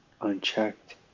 unchecked